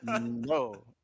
No